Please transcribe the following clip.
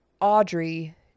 Audrey